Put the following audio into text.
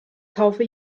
taufe